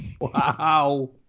Wow